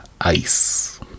Ice